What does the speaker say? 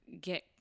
get